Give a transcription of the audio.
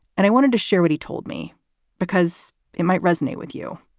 and i wanted to share what he told me because it might resonate with you,